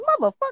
Motherfucker